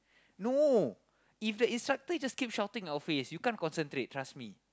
no if the instructor just keep shouting our face you can't concentrate trust me